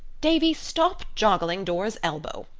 davy, stop joggling dora's elbow.